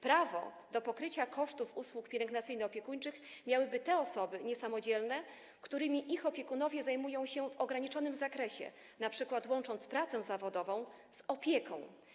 Prawo do pokrycia kosztów usług pielęgnacyjno-opiekuńczych miałyby te osoby niesamodzielne, którymi ich opiekunowie zajmują się w ograniczonym zakresie, np. łącząc pracę zawodową z opieką.